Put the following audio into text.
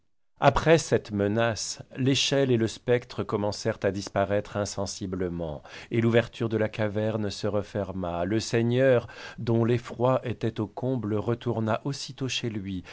après cette menace l'échelle et le spectre commencèrent à disparaître insensiblement et l'ouverture de la caverne se referma le seigneur dont l'effroi était au comble retourna aussitôt chez lui